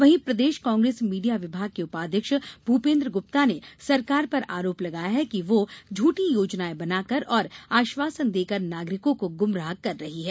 वहीं प्रदेश कांग्रेस मीडिया विभाग के उपाध्यक्ष भूपेन्द्र गुप्ता ने सरकार पर आरोप लगाया है कि वह झूठी योजनाएं बनाकर और आश्वासन देकर नागरिकों को गुमराह कर रही है